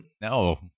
No